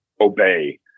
obey